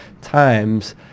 times